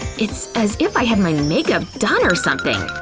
it's as if i had my makeup done or something!